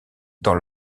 dans